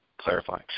clarify